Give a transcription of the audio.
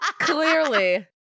clearly